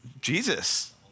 Jesus